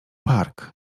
park